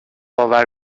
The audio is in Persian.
آور